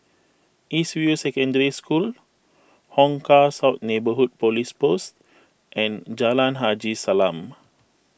East View Secondary School Hong Kah South Neighbourhood Police Post and Jalan Haji Salam